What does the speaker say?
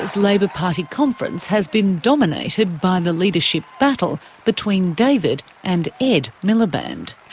labour party conference has been dominated by the leadership battle between david and ed miliband.